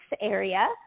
area